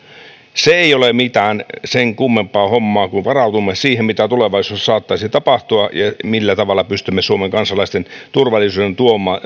se ei ole mitään sen kummempaa hommaa kuin että varaudumme siihen mitä tulevaisuudessa saattaisi tapahtua ja millä tavalla pystymme suomen kansalaisten turvallisuuden